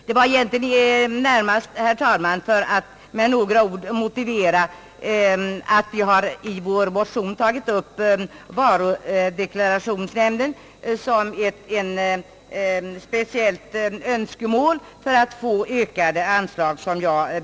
Jag har dock, herr talman, närmast begärt ordet för att med några ord motivera att vi i vår motion tagit upp varudeklarationsnämnden som ett speciellt organ, som bör få ökade anslag.